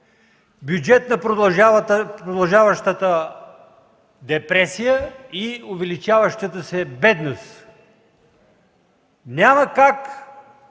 бюджет на продължаващата депресия и увеличаващата се бедност. Няма как